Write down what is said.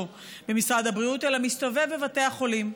במשרד הבריאות אלא מסתובב בבתי החולים,